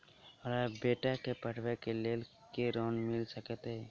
हमरा बेटा केँ पढ़ाबै केँ लेल केँ ऋण मिल सकैत अई?